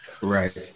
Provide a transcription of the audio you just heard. Right